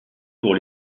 pour